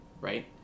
right